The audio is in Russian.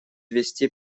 вести